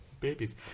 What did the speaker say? babies